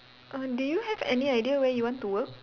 uh do you have any idea where you want to work